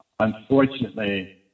Unfortunately